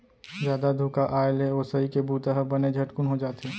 जादा धुका आए ले ओसई के बूता ह बने झटकुन हो जाथे